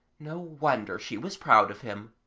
no wonder she was proud of him.